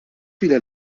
viele